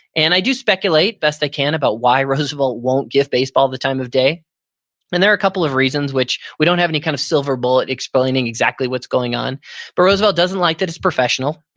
and i do speculate best i can about why roosevelt won't give baseball the time of day and there are a couple of reasons, which we don't have nay kind of silver bullet explaining exactly what's going on but roosevelt doesn't like that it's professional.